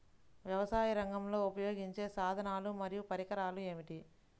వ్యవసాయరంగంలో ఉపయోగించే సాధనాలు మరియు పరికరాలు ఏమిటీ?